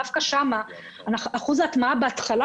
דווקא בישראל אחוז ההטמעה בהתחלה,